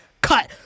cut